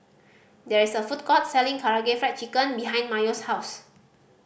there is a food court selling Karaage Fried Chicken behind Mayo's house